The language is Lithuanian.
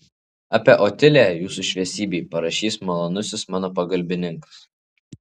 apie otiliją jūsų šviesybei parašys malonusis mano pagalbininkas